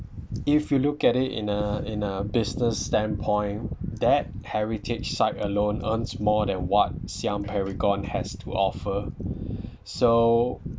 if you look at it in a in a business standpoint that heritage site alone earns more than what siam paragon has to offer so